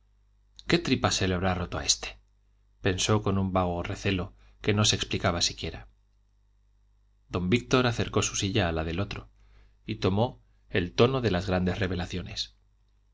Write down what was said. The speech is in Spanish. qué tripa se le habrá roto a este pensó con un vago recelo que no se explicaba siquiera don víctor acercó su silla a la del otro y tomó el tono de las grandes revelaciones